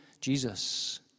Jesus